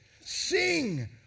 Sing